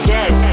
Dead